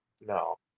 No